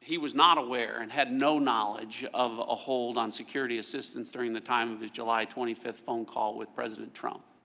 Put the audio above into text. he was not aware and had no knowledge of a hold on security assistance during the time of the july twenty fifth phone call with president trump?